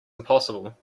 impossible